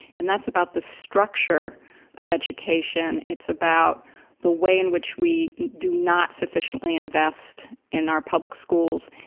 and that's about the structure of education, it's about the way in which we do not sufficiently invest in our public schools,